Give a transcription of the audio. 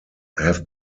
have